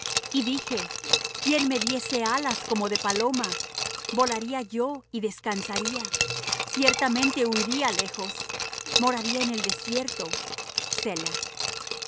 y dije quién me diese alas como de paloma volaría yo y descansaría ciertamente huiría lejos moraría en el desierto